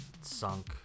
sunk